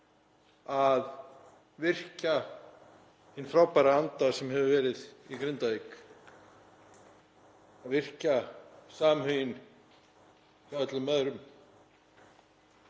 Að virkja hinn frábæra anda sem hefur verið í Grindavík, virkja samhuginn hjá öllum öðrum